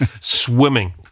Swimming